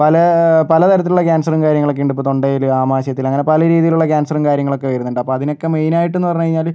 പല പല തരത്തിലുള്ള ക്യാൻസറും കാര്യങ്ങളൊക്കെയുണ്ട് ഇപ്പോൾ തൊണ്ടയില് ആമാശയത്തില് അങ്ങനെ പല രീതിയിലുള്ള ക്യാൻസറും കാര്യങ്ങളൊക്കെ വരുന്നുണ്ട് അപ്പം അതിനൊക്കെ മൈനായിട്ടെന്ന് പറഞ്ഞു കഴിഞ്ഞാല്